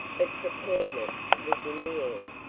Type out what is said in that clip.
but preparedness was in the air,